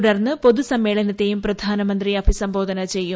തുടർന്ന് പൊതു സമ്മേളനത്തെയും പ്രധാനമന്ത്രി അഭിസംബോധന ചെയ്യും